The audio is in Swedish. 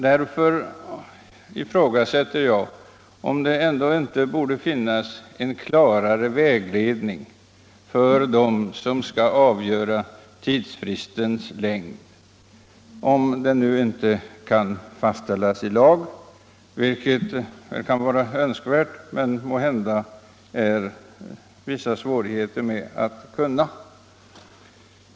Därför ifrågasätter jag om det inte borde finnas en klarare vägledning för dem som skall avgöra tidsfristens längd — om den inte kan fastställas i lag. Detta vore önskvärt, men det är måhända förknippat med vissa svårigheter.